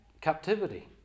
captivity